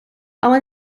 але